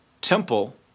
temple